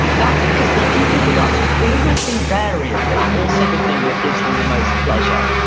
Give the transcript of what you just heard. that's because what people are good at is almost invariably also the thing that gives them the most pleasure.